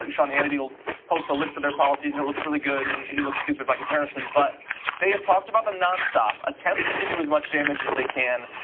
and sean hannity will post a list of their policies, and it looks really good, and he looks stupid by comparison. but they have talked about them nonstop, attempted to do as much damage as they can,